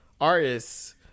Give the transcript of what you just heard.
artists